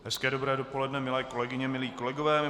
Hezké dobré dopoledne, milé kolegyně, milí kolegové.